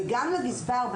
וגם לגזבר,